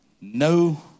No